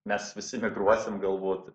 mes visi migruosim galbūt